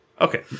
Okay